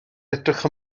edrych